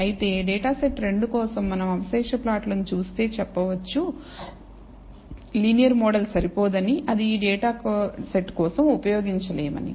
అయితే data set 2 కోసం మనం అవశేష ప్లాట్ ను చూస్తే చెప్పవచ్చు లీనియర్ మోడల్ సరిపోదని అది ఈ డేటా సెట్ కోసం ఉపయోగించలేమని